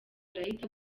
arahita